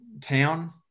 town